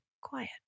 quiet